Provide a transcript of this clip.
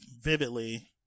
vividly